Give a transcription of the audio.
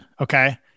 Okay